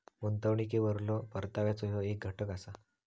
गुंतवणुकीवरलो परताव्याचो ह्यो येक घटक असा